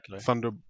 Thunder